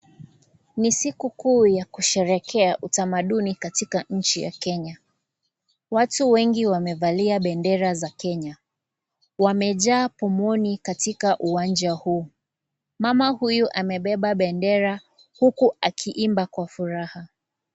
Ni siku kuu ya kusherehekea utamaduni katika nchi ya Kenya. Watu wengi, wamevalia bendera za Kenya. Wamejaa pomoni katika uwanja huu. Mama huyu, amebeba bendera huku akiimba kwa furaha.